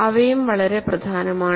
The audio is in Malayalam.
അവയും വളരെ പ്രധാനമാണ്